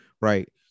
right